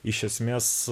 iš esmės